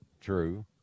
True